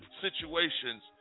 situations